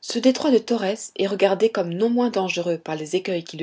ce détroit de torrès est regardé comme non moins dangereux par les écueils qui